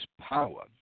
power